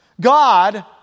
God